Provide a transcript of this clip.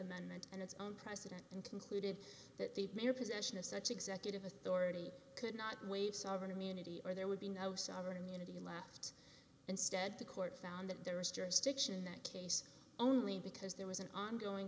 amendment and its own president and concluded that the mere possession of such executive authority could not waive sovereign immunity or there would be no sovereign immunity left instead the court found that there was jurisdiction that case only because there was an ongoing